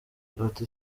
sauti